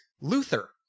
Luther